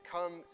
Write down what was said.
Come